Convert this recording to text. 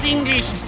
English